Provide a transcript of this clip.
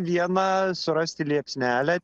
dieną surasti liepsnelę